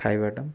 ଖାଇବାଟା